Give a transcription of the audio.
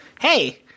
hey –